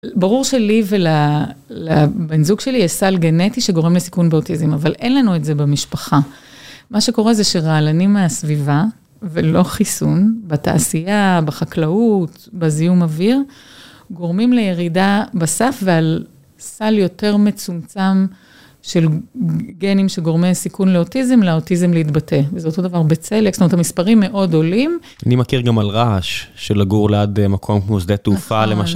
ברור שלי ולבן זוג שלי יש סל גנטי שגורם לסיכון באוטיזם, אבל אין לנו את זה במשפחה. מה שקורה זה שרעלנים מהסביבה, ולא חיסון, בתעשייה, בחקלאות, בזיהום אוויר, גורמים לירידה בסף ועל סל יותר מצומצם של גנים שגורמי הסיכון לאוטיזם, לאוטיזם להתבטא. וזה אותו דבר בצליאק, זאת אומרת, המספרים מאוד עולים. אני מכיר גם על רעש, שלגור ליד מקום כמו שדה תעופה למשל.